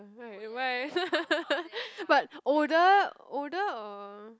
why why but older older or